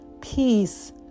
peace